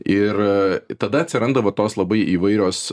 ir tada atsiranda va tos labai įvairios